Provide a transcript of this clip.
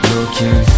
Looking